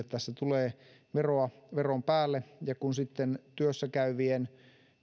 tässä tulee veroa veron päälle kun työssäkäyvien